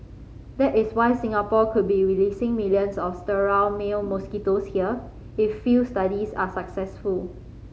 that is why Singapore could be releasing millions of sterile male mosquitoes here if field studies are successful